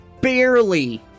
Barely